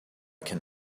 can